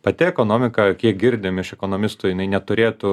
pati ekonomika kiek girdim iš ekonomistų jinai neturėtų